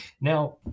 now